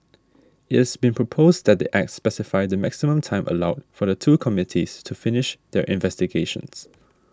it has been proposed that the Act specify the maximum time allowed for the two committees to finish their investigations